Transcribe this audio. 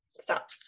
stop